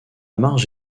marge